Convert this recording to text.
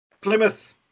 Plymouth